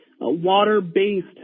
water-based